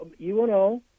UNO